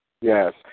Yes